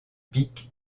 pics